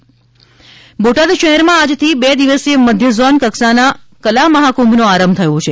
બોટાદ કલા મહાકુંભ બોટાદ શહેરમાં આજથી બે દિવસીય મધ્યઝોન કક્ષાના કલામહાકુંભનો આરંભ થયો છે